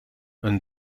een